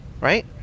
right